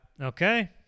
Okay